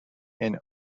and